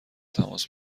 تماس